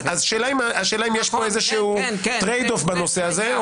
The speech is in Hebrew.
השאלה אם יש פה איזשהו tradeoff בנושא הזה,